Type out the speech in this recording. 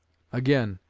again,